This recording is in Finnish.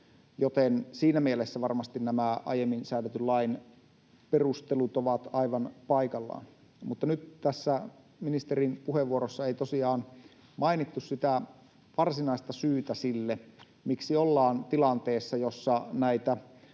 joten siinä mielessä varmasti nämä aiemmin säädetyn lain perustelut ovat aivan paikallaan. Mutta nyt tässä ministerin puheenvuorossa ei tosiaan mainittu sitä varsinaista syytä sille, miksi ollaan tilanteessa, jossa näitä